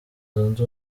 zunze